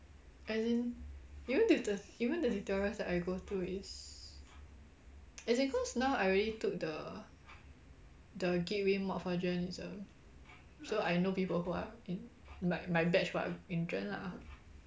as in even if the even the tutorials that I go to is as in cause now I already took the the gateway mod for journalism so I know people who are in my my batch who are in in gen lah